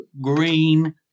green